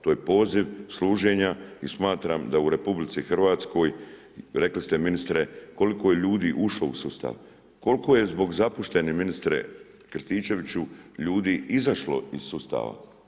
To je poziv služenja i smatram da u Republici Hrvatskoj rekli ste ministre koliko je ljudi ušlo u sustav, koliko je zbog zapušteni ministre Krstičeviću ljudi izašlo iz sustava.